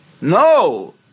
No